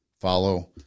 follow